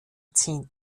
ziehen